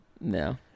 No